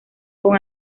con